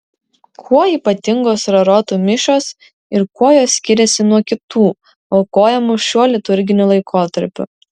kuo ypatingos rarotų mišios ir kuo jos skiriasi nuo kitų aukojamų šiuo liturginiu laikotarpiu